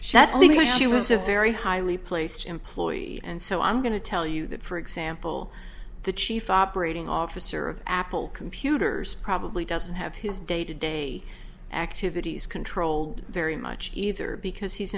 because she was a very highly placed employee and so i'm going to tell you that for example the chief operating officer of apple computers probably doesn't have his day to day activities controlled very much either because he's